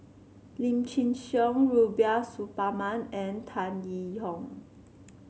Lim Chin Siong Rubiah Suparman and Tan Yee Hong